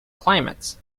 climates